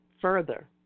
further